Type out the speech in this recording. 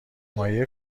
مایه